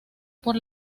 por